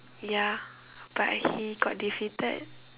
ya but he got defeated